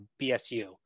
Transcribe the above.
BSU